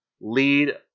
lead